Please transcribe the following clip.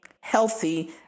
healthy